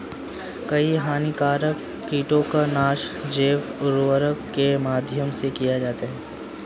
कई हानिकारक कीटों का नाश जैव उर्वरक के माध्यम से किया जा सकता है